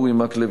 אורי מקלב,